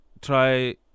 try